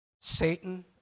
Satan